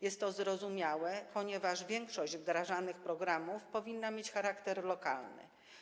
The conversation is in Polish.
Jest to zrozumiałe, ponieważ większość wdrażanych programów powinna mieć charakter lokalny.